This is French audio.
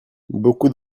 beaucoup